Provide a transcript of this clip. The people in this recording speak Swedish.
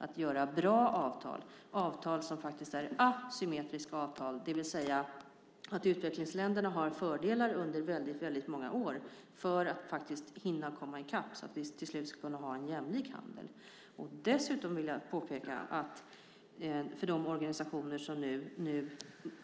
Det handlar om att göra bra asymmetriska avtal, det vill säga avtal där utvecklingsländerna har fördelar under väldigt många år för att hinna komma i kapp så att vi till slut ska kunna ha en jämlik handel. Dessutom vill jag påpeka för de organisationer som nu